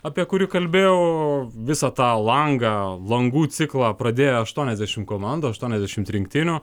apie kurį kalbėjau visą tą langą langų ciklą pradėjo aštuoniasdešim komandų aštuoniasdešimt rinktinių